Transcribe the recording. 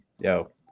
Yo